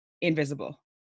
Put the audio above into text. invisible